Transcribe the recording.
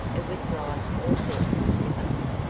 it was life or death with us,